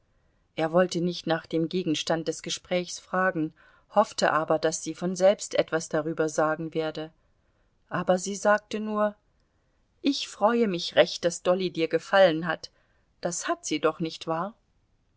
er wollte nicht nach dem gegenstand des gesprächs fragen hoffte aber daß sie von selbst etwas darüber sagen werde aber sie sagte nur ich freue mich recht daß dolly dir gefallen hat das hat sie doch nicht wahr